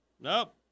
Nope